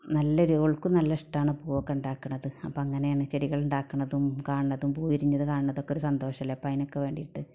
നല്ല ഓൾക്കും നല്ല ഇഷ്ടമാണ് പൂവൊക്കെ ഉണ്ടാക്കുന്നത് അപ്പം അങ്ങനെയാണ് ചെടികൾ ഉണ്ടാക്കുന്നതും കാണുന്നതും പൂ വിരിഞ്ഞത് കാണുന്നതൊക്കെ ഒരു സന്തോഷമല്ലേ അപ്പം അതിനൊക്കെ വേണ്ടിയിട്ട്